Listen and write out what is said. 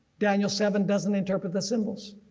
daniel seven doesn't interpret the symbols.